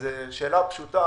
זה שאלה פשוטה,